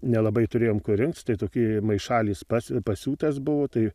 nelabai turėjom kur rinkc tai toki maišalis pas pasiūtas buvo tai